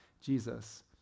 Jesus